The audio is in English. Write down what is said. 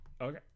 Okay